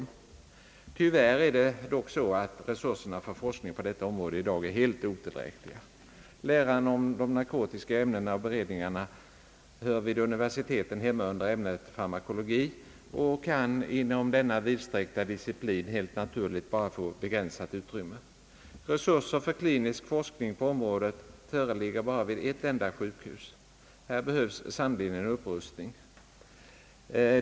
Tyvärr är det dock så att resurserna för forskning på detta område i dag är helt otillräckliga. Läran om de narkotiska ämnena och beredningarna hör vid universiteten hemma under ämnet farmakologi och kan inom denna vidsträckta disciplin helt naturligt bara få begränsat utrymme. Resurser för klinisk forskning på området föreligger bara vid ett enda sjukhus. Här behövs sannerligen en upprustning.